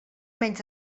menys